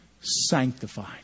Sanctified